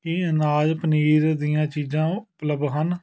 ਕੀ ਅਨਾਜ ਪਨੀਰ ਦੀਆਂ ਚੀਜ਼ਾਂ ਉਪਲੱਬਧ ਹਨ